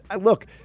look